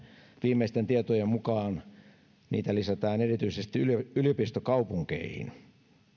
viimeisten tietojen mukaan niitä lisätään erityisesti yliopistokaupunkeihin